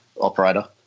operator